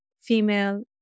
female